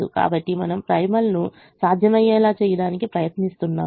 కాబట్టి మనము ప్రైమల్ను సాధ్యమయ్యేలా చేయడానికి ప్రయత్నిస్తున్నాము